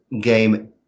game